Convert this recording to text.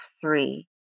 three